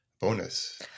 bonus